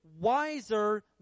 wiser